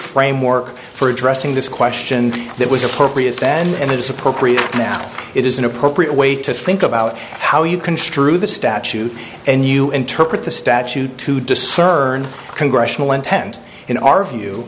framework for addressing this question that was appropriate then and it is appropriate now it is an appropriate way to think about how you construe the statute and you interpret the statute to discern congressional intent in our view